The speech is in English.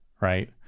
right